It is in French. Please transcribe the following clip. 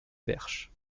perche